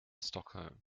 stockholm